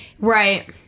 Right